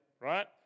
right